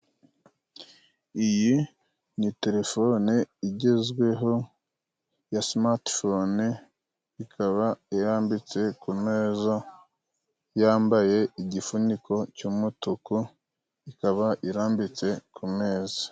Iyi ni telefone igezweho ya simati fone ikaba irambitse ku meza yambaye igifuniko cy'umutuku ikaba irambitse ku meza.